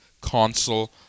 console